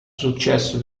successo